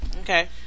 Okay